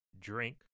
drink